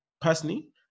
personally